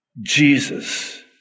Jesus